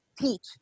teach